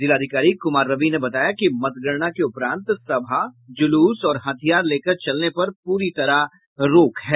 जिलाधिकारी कुमार रवि ने बताया कि मतगणना के उपरांत सभा जुलूस और हथियार लेकर चलने पर पूरी तरह रोक है